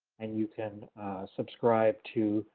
and you can subscribe to